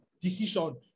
decision